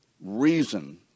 reason